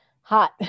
Hot